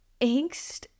angst